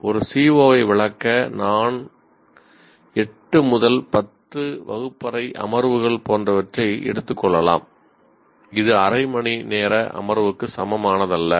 ஒரு CO ஐ விளக்க நான் 8 முதல் 10 வகுப்பறை அமர்வுகள் போன்றவற்றை எடுத்துக் கொள்ளலாம் இது அரை மணி நேர அமர்வுக்கு சமமானதல்ல